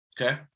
Okay